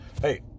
hey